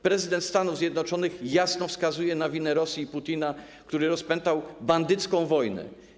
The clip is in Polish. Prezydent Stanów Zjednoczonych jasno wskazuje na winę Rosji i Putina, który rozpętał bandycką wojną.